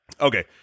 Okay